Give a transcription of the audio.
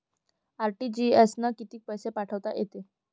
RTGS न कितीक पैसे पाठवता येते?